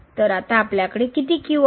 तर आता आपल्याकडे किती आहेत